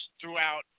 throughout